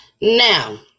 now